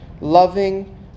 loving